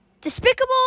Despicable